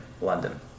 London